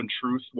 Truth